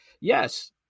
Yes